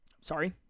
Sorry